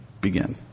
begin